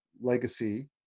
legacy